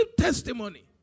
testimony